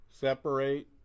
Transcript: Separate